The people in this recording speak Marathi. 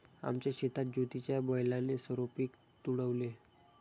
आमच्या शेतात ज्योतीच्या बैलाने सर्व पीक तुडवले